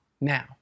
now